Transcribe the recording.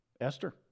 Esther